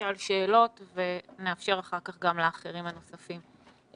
נשאל שאלות ונאפשר אחר כך גם לאחרים הנוספים.